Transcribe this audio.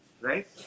right